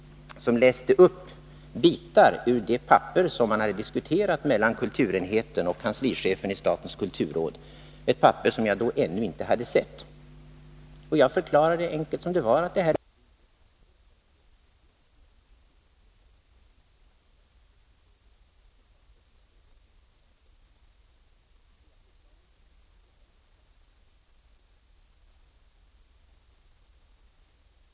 Man läste upp avsnitt av det papper som hade diskuterats mellan kulturenheten och kanslichefen i statens kulturråd, ett papper som jag då ännu inte hade sett. Jag förklarade, som det var, att frågan hur man kan förenkla anslagsframställningen och underlätta budgetprocessen bereds nästan rutinartat mellan departement och olika myndigheter. Så småningom når förslagen kanske vederbörande departementschef och kan också leda till ett regeringsbeslut, och det skall det väl så småningom göra även i det här fallet. Men var inte så förskräckligt upphetsad, Georg Andersson! Det fanns alltså mycket litet underlag för den våldsamma attack som Georg Andersson gjorde.